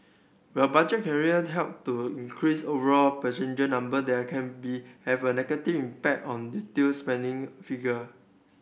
while budget carrier help to increase overall passenger number there can have a negative impact on retail spending figure